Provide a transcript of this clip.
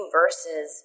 verses